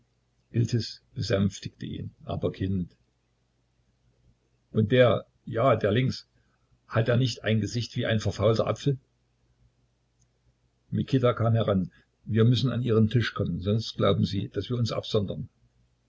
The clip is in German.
besänftigte ihn aber kind und der ja der links hat er nicht ein gesicht wie ein verfaulter apfel mikita kam heran wir müssen an ihren tisch kommen sonst glauben sie daß wir uns absondern